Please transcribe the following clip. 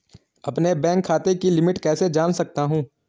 अपने बैंक खाते की लिमिट कैसे जान सकता हूं?